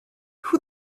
who